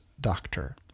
doctor